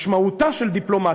משמעותה של דיפלומטיה,